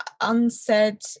unsaid